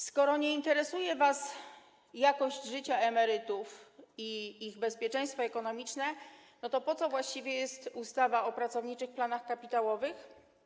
Skoro nie interesuje was jakość życia emerytów i ich bezpieczeństwo ekonomiczne, to po co właściwie jest ustawa o pracowniczych planach kapitałowych?